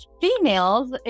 females